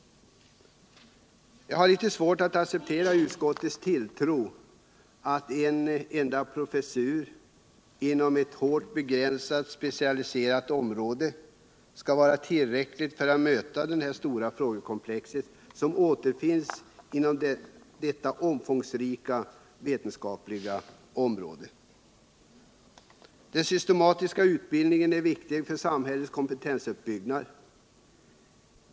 Jag har litet svårt att acceptera utskottets tilltro till att en enda professur inom ett hårt begränsat och specialiserat område skall vara tillräcklig för att behandla de stora frågekomplex som återfinns inom detta omfångsrika vetenskapliga område. Den systematiska utbildningen är viktig för samhällets kompetensuppbyggnad.